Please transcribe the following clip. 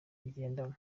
agendamo